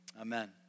amen